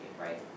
right